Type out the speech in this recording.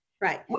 Right